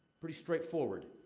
pretty straightforward.